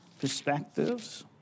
perspectives